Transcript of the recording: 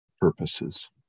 purposes